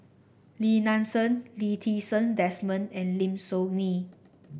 Lim Nang Seng Lee Ti Seng Desmond and Lim Soo Ngee